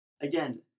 again